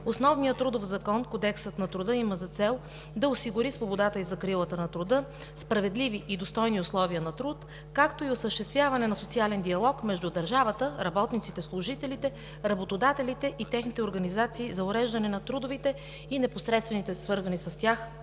Основният трудов закон – Кодексът на труда, има за цел да осигури свободата и закрилата на труда, справедливи и достойни условия на труд, както и осъществяване на социален диалог между държавата, работниците, служителите, работодателите и техните организации за уреждане на трудовите и непосредствените, свързани с тях,